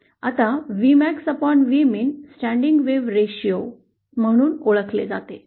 आता VmaxVmin standing wave ratio म्हणून ओळखले जाते